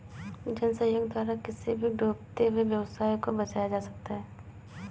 जन सहयोग द्वारा किसी भी डूबते हुए व्यवसाय को बचाया जा सकता है